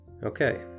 Okay